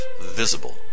visible